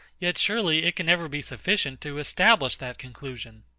yet surely it can never be sufficient to establish that conclusion.